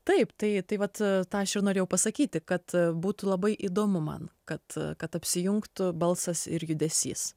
taip tai vat a tą aš ir norėjau pasakyti kad būtų labai įdomu man kad kad apsijungtų balsas ir judesys